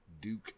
duke